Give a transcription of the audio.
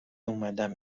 اومدم